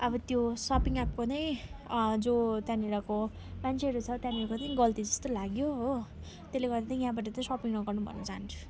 shopping app पनि जो त्यहाँनिरको मान्छेहरू छ त्यहाँनिरको पनि गल्ती जस्तो लाग्यो हो त्यसले गर्दा चाहिँ याहँबाट चाहिँ सपिङ नगर्नु भन्न चाहन्छु